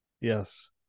Yes